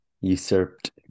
Usurped